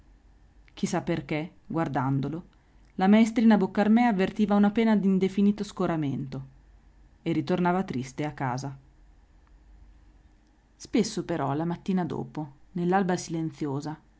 sa perché guardandolo la maestrina boccarmè avvertiva una pena d'indefinito scoramento e ritornava triste a casa spesso però la mattina dopo nell'alba silenziosa